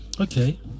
okay